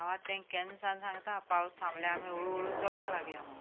हांव आतां तांकां केन्ना सावन सांगतां पावस थांबलो आमी हळू हळू चलूंक लागया म्हण